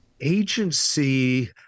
Agency